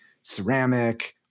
Ceramic